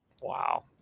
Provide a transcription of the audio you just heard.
Wow